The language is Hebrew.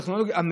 טכנולוגיה,